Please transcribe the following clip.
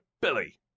Billy